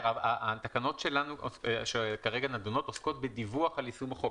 התקנות שכרגע נדונות עוסקות בדיווח על יישום החוק,